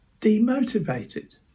demotivated